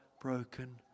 broken